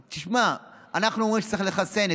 תשמע, אנחנו אומרים שצריך לחסן.